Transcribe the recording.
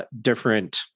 different